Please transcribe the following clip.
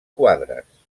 quadres